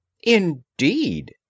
Indeed